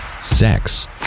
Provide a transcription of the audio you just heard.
Sex